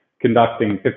conducting